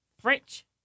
French